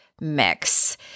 mix